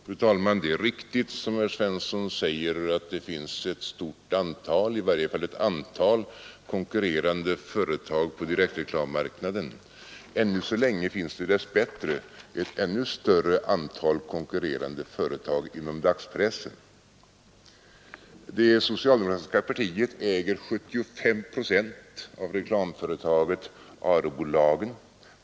Fru talman! Det är riktigt som herr Svensson i Eskilstuna säger, att det finns ett stort antal — eller i varje fall ett antal — konkurrerande företag på direktreklammarknaden. Men ännu så länge finns det dess bättre ett ännu större antal konkurrerande företag inom dagspressen. Det socialdemokratiska partiet äger 75 procent av reklamföretaget Arebolagen.